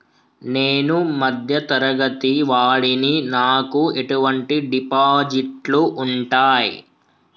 నేను మధ్య తరగతి వాడిని నాకు ఎటువంటి డిపాజిట్లు ఉంటయ్?